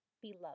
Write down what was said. Beloved